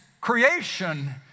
creation